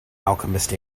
alchemist